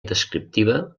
descriptiva